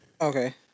Okay